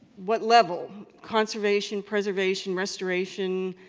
what level conservation, preservation, restoration,